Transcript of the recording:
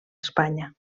espanya